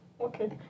Okay